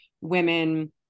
women